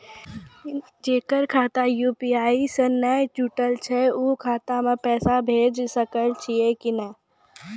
जेकर खाता यु.पी.आई से नैय जुटल छै उ खाता मे पैसा भेज सकै छियै कि नै?